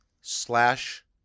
slash